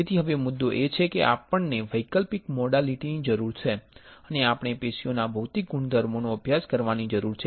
તેથી હવે મુદ્દો એ છે કે આપણને વૈકલ્પિક મોડાલીટી ની જરૂર છે અને આપણે પેશીઓના ભૌતિક ગુણધર્મોનો અભ્યાસ કરવાની જરૂર છે